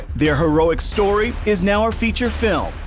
their heroic story is now a feature film,